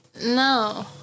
No